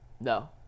No